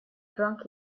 drunk